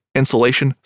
insulation